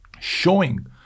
showing